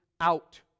out